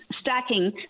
Stacking